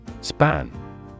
Span